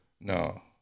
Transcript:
No